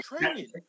training